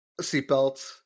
Seatbelts